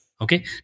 Okay